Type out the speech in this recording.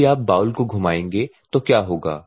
जब भी हम बाउल को घुमाएंगे तो क्या होगा